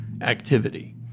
activity